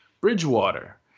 Bridgewater